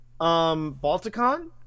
balticon